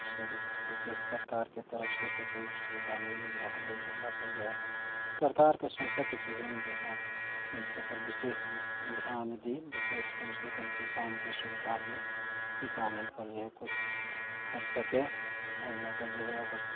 इसमे विशेष सरकारके तरफसँ तऽ कोइ सुविधा नहि मिल रहल अछि एहि लकऽ जे सरकारके सोचैके चाहियनि जे हँ एहि सभ पर विशेष ध्यान दियै विशेषकर कमसँ कम किसानके सुविधा दी किसान एहि पर जे है कुछ कर सकै एहि लऽ कऽ जे है बस